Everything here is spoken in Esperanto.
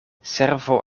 servo